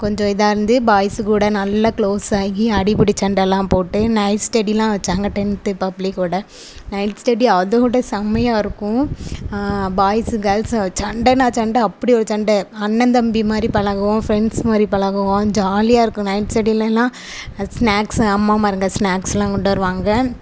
கொஞ்சம் இதாக இருந்து பாய்ஸ்ஸு கூட நல்லா க்ளோஸ் ஆகி அடிப்புடி சண்டைலாம் போட்டு நைட்ஸ் ஸ்டெடியெலாம் வச்சாங்க டென்த்து பப்ளிக்கோட நைட் ஸ்டெடி அதை விட செம்மையாக இருக்கும் பாய்ஸ்ஸு கேர்ள்ஸ்ஸும் சண்டைனா சண்டை அப்படி ஒரு சண்டை அண்ணன் தம்பி மாதிரி பழகுவோம் ஃப்ரெண்ட்ஸ் மாதிரி பழகுவோம் ஜாலியாக இருக்கும் நைட் ஸ்டெடியெலாம் அது ஸ்நாக்ஸ்ஸு அம்மாமாருங்க ஸ்நாக்ஸ்லாம் கொண்டு வருவாங்க